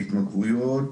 ההתמכרויות